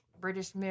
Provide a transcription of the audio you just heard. British